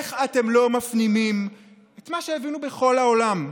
איך אתם לא מפנימים את מה שהבינו בכל העולם,